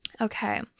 okay